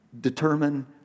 determine